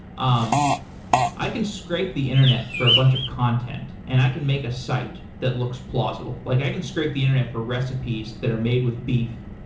um i can scrape the internet for a bunch of content, and i can make a site that looks plausible. like i can scrape the internet for recipes that are made with beef.